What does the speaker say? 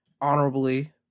honorably